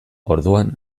orduan